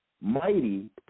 mighty